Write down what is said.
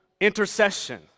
intercession